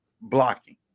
blocking